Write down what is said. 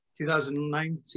2019